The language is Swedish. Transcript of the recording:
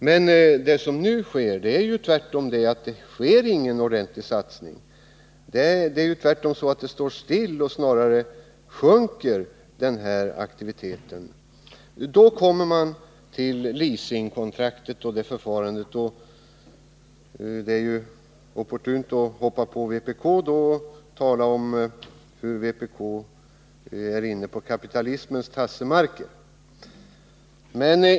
Men som det nu är, sker det ju ingen ordentlig satsning. Det är tvärtom så att aktiviteten minskar, och då kommer man till frågan om leasingförfarandet. Det är då opportunt att hoppa på vpk och tala om hur vi är inne på kapitalismens tassemarker.